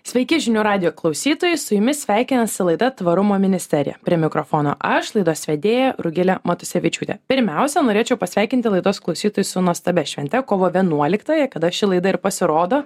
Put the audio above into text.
sveiki žinių radijo klausytojai su jumis sveikinasi laida tvarumo ministerija prie mikrofono aš laidos vedėja rugilė matusevičiūtė pirmiausia norėčiau pasveikinti laidos klausytojus su nuostabia švente kovo vienuoliktąja kada ši laida ir pasirodo